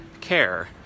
care